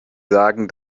sagen